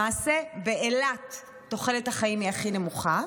למעשה, באילת תוחלת החיים היא הכי נמוכה.